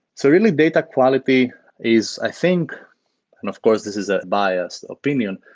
so really, data quality is i think and of course, this is a biased opinion.